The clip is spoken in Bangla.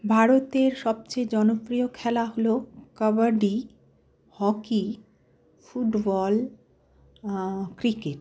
ভারতের সবচেয়ে জনপ্রিয় খেলা হলো কাবাডি হকি ফুটবল ক্রিকেট